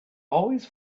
always